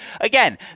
again